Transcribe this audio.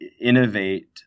innovate